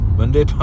Monday